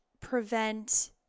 prevent